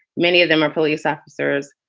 many of them are police officers,